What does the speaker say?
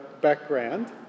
background